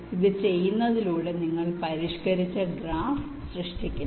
അതിനാൽ ഇത് ചെയ്യുന്നതിലൂടെ നിങ്ങൾ പരിഷ്ക്കരിച്ച ഗ്രാഫ് സൃഷ്ടിക്കുന്നു